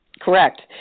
Correct